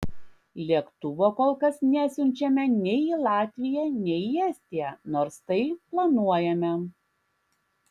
lėktuvo kol kas nesiunčiame nei į latviją nei į estiją nors tai planuojame